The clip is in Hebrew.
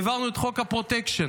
העברנו את חוק הפרוטקשן,